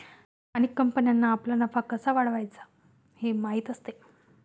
अनेक कंपन्यांना आपला नफा कसा वाढवायचा हे माहीत असते